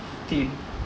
the